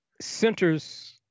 centers